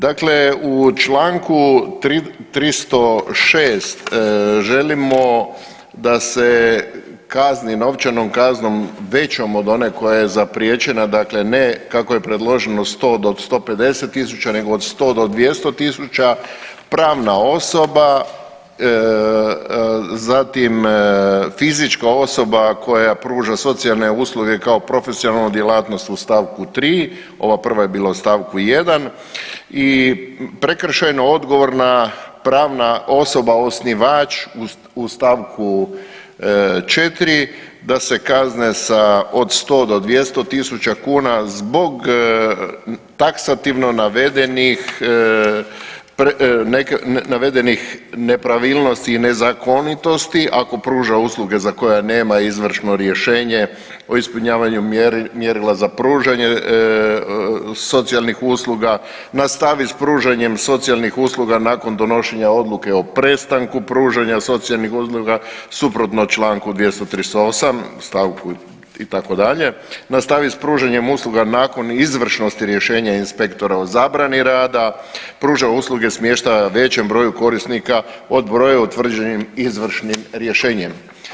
Dakle, u Članku 306. želimo da se kazni novčanom kaznom većom od one koja je zapriječena, dakle ne kako je predloženo 100 do 150 tisuća nego od 100 do 200 tisuća pravna osoba, zatim fizička osoba koja pruža socijalne usluge kao profesionalnu djelatnost u stavku 3., ova prva je bila u stavku 1. i prekršajno odgovorna pravna osoba osnivač u stavku 4. da se kazne sa od 100 do 200 tisuća kuna zbog taksativno navedenih nepravilnosti i nezakonitosti ako pruža usluge za koje nema izvršno rješenje o ispunjavanju mjerila za pružanje socijalnih usluga, nastavi s pružanjem socijalnih usluga nakon donošenja odluke o prestanku pružanja socijalnih usluga suprotno Članku 238. stavku itd., nastavi s pružanjem usluga nakon izvršnosti rješenja inspektora o zabrani rada, pruža usluge smještaja većem broju korisnika od broja utvrđenim izvršnim rješenjem.